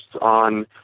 on